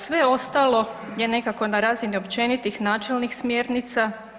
Sve ostalo je nekako na razini općenitih načelnih smjernica.